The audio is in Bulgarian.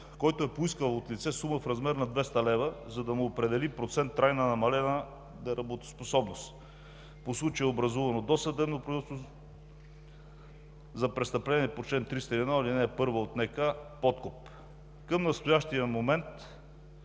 който е поискал от лице сума в размер на 200 лв., за да му определи процент трайно намалена работоспособност. По случая е образувано досъдебно производство за престъпление по чл. 301, ал. 1 от НК – подкуп. Към настоящия момент